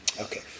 okay